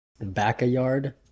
Back-A-Yard